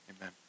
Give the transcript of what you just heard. amen